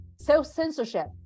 self-censorship